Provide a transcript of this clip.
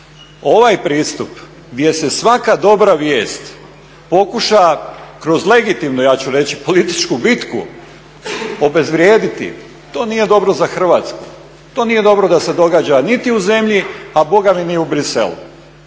ovaj pristup gdje se svaka dobra vijest pokuša kroz legitimnu ja ću reći političku bitku obezvrijediti to nije dobro za Hrvatsku, to nije dobro da se događa niti u zemlji, a Boga mi ni u Bruxellesu,